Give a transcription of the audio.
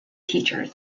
teachers